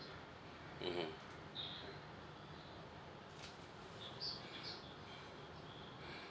mmhmm